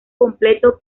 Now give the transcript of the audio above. completo